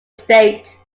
state